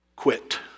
quit